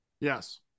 Yes